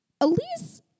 Elise